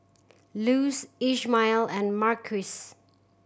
Luz Ishmael and Marquise